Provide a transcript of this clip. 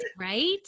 right